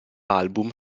album